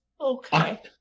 Okay